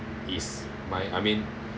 is my I mean